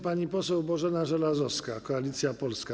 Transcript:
Pani poseł Bożena Żelazowska, Koalicja Polska.